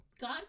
God